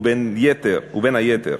ובין היתר